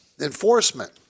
enforcement